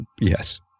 Yes